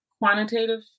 quantitative